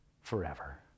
forever